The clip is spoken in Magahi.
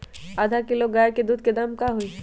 आधा किलो गाय के दूध के का दाम होई?